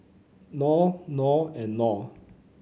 Knorr Knorr and Knorr